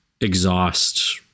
exhaust